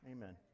Amen